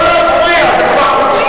לא להפריע, זו כבר חוצפה.